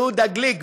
יהודה גליק,